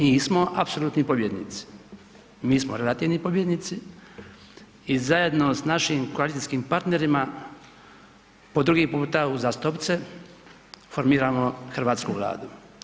Nismo smo apsolutni pobjednici, mi smo relativni pobjednici i zajedno s našim koalicijskim partnerima po drugi puta uzastopce formiramo Hrvatsku vladu.